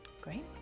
great